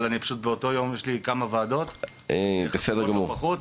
אבל יש לי כמה ועדות להיות בהן היום.